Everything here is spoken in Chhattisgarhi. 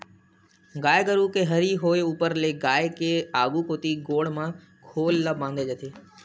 गाय गरु के हरही होय ऊपर ले गाय के आघु कोती गोड़ म खोल ल बांधे जाथे